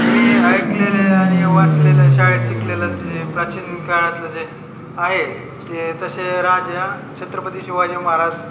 मी ऐकलेले आणि वाचलेल्या शाळेत शिकलेलं जे प्राचीन काळातलं जे आहे ते तसे राजा छत्रपती शिवाजी महाराज